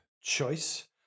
choice